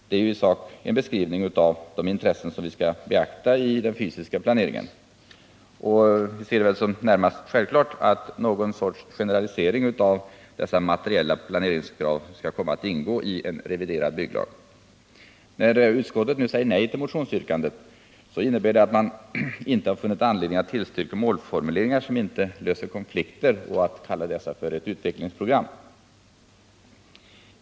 Det är ju i sak en beskrivning av intressen som skall beaktas i den fysiska planeringen. Vi ser det som närmast självklart att någon sorts generalisering av dessa materiella planeringskrav kommer att gå in i en reviderad bygglag. När utskottet nu säger nej till motionsyrkandet, innebär det att man inte har funnit anledning att tillstyrka målformuleringar som inte löser konflikter och att kalla dem för ett utvecklingsprogram.